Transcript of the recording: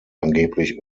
angeblich